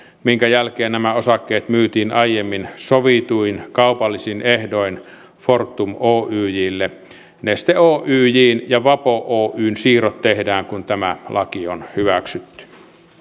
minkä jälkeen nämä osakkeet myytiin aiemmin sovituin kaupallisin ehdoin fortum oyjlle neste oyjn ja vapo oyn siirrot tehdään kun tämä laki on hyväksytty